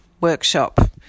workshop